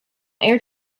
air